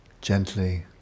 Gently